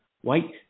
White